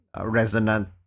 resonant